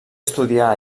estudiar